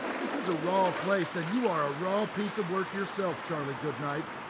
this is a raw place, and you're a raw piece of work yourself, charlie goodnight.